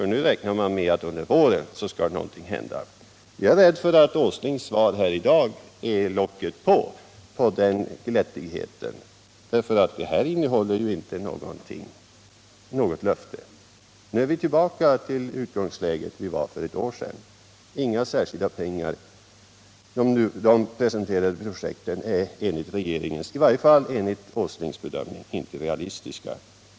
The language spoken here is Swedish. Nu räknar man med att någonting skall hända under våren. Jag är rädd för att Nils Åslings svar i dag är locket på över den glättigheten, för hans svar innehåller ju inte något löfte. Nu är vi tillbaka i samma utgångsläge som för ett år sedan — inga särskilda pengar. De presenterade projekten är enligt regeringens, i varje fall enligt Åslings, bedömning inte realistiska.